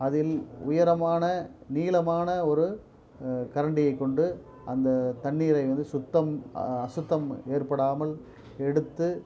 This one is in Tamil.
அதில் உயரமான நீளமான ஒரு கரண்டியைக் கொண்டு அந்தத் தண்ணீரை வந்து சுத்தம் அசுத்தம் ஏற்படாமல் எடுத்து